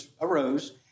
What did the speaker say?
arose